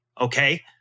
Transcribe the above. Okay